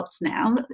now